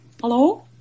Hello